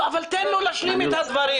אבל תן לו להשלים את הדברים.